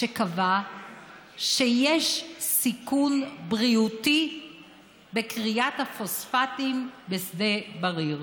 שקבע שיש סיכון בריאותי בכריית הפוספטים בשדה בריר,